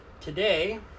today